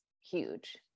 huge